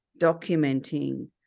documenting